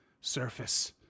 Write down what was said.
surface